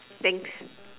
thanks